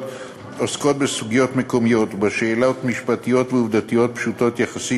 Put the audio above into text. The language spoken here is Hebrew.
עוסקות בסוגיות מקומיות ובשאלות משפטיות ועובדתיות פשוטות יחסית,